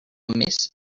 miss